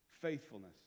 faithfulness